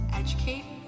educate